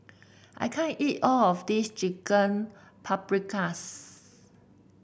I can't eat all of this Chicken Paprikas